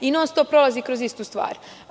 Non-stop prolazi kroz istu stvar.